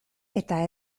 eta